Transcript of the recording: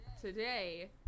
today